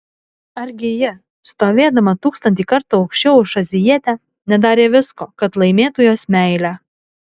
argi ji stovėdama tūkstantį kartų aukščiau už azijietę nedarė visko kad laimėtų jos meilę